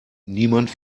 niemand